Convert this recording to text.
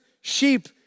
sheep